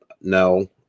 No